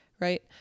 right